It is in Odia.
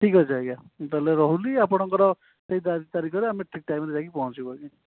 ଠିକ୍ ଅଛି ଆଜ୍ଞା ମୁଁ ତା'ହେଲେ ରହିଲି ଆପଣଙ୍କର ସେଇ ତାରିଖରେ ଆମେ ଠିକ୍ ଟାଇମ୍ରେ ଯାଇକି ପହଞ୍ଚିବୁ ଆଜ୍ଞା